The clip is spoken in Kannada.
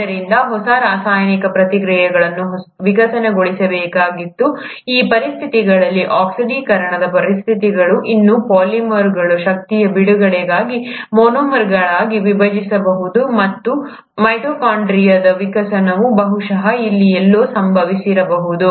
ಆದ್ದರಿಂದ ಹೊಸ ರಾಸಾಯನಿಕ ಪ್ರತಿಕ್ರಿಯೆಗಳು ವಿಕಸನಗೊಳ್ಳಬೇಕಾಗಿತ್ತು ಈ ಪರಿಸ್ಥಿತಿಗಳಲ್ಲಿ ಆಕ್ಸಿಡೀಕರಣದ ಪರಿಸ್ಥಿತಿಗಳು ಇನ್ನೂ ಪಾಲಿಮರ್ಗಳನ್ನು ಶಕ್ತಿಯ ಬಿಡುಗಡೆಗಾಗಿ ಮೊನೊಮರ್ಗಳಾಗಿ ವಿಭಜಿಸಬಹುದು ಮತ್ತು ಮೈಟೊಕಾಂಡ್ರಿಯಾದ ವಿಕಾಸವು ಬಹುಶಃ ಇಲ್ಲಿ ಎಲ್ಲೋ ಸಂಭವಿಸಿರಬಹುದು